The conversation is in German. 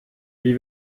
wie